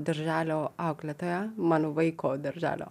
darželio auklėtoja mano vaiko darželio